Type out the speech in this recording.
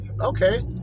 Okay